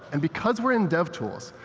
and because we're in devtools,